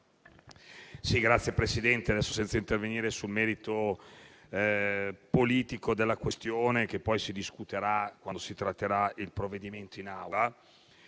Signor Presidente, non voglio intervenire sul merito politico della questione, che poi si discuterà quando si tratterà il provvedimento in Aula.